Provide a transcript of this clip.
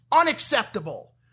unacceptable